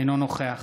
אינו נוכח